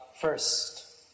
first